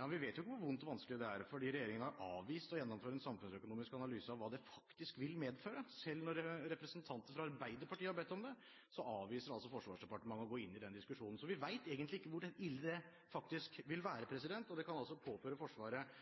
Ja, men vi vet jo ikke hvor vondt og vanskelig det er, for regjeringen har avvist å gjennomføre en samfunnsøkonomisk analyse av hva det faktisk vil medføre. Selv når representanter fra Arbeiderpartiet har bedt om det, avviser Forsvarsdepartementet å gå inn i den diskusjonen. Så vi vet egentlig ikke hvor ille det vil være. Det kan altså påføre Forsvaret